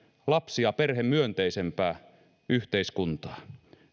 lapsi ja perhemyönteisempää yhteiskuntaa